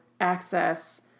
access